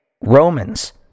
Romans